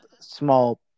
Small